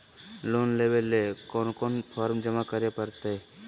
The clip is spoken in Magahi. लोन लेवे ले कोन कोन फॉर्म जमा करे परते?